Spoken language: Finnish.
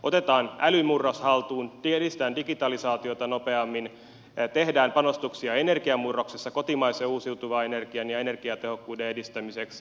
otetaan älymurros haltuun edistetään digitalisaatiota nopeammin tehdään panostuksia energiamurroksessa kotimaiseen uusiutuvaan energiaan ja energiatehokkuuden edistämiseksi